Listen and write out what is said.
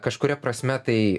kažkuria prasme tai